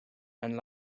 and